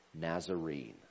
Nazarene